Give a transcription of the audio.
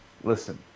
listen